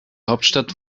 hauptstadt